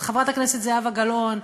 זאת חברת הכנסת זהבה גלאון,